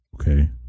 okay